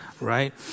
right